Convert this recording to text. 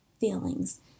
feelings